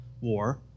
war